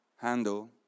handle